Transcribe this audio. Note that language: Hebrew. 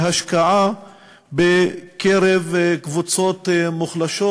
בהשקעה בקרב קבוצות מוחלשות,